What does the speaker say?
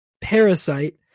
parasite